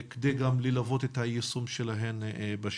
כדי גם ללוות את היישום שלהם בשטח.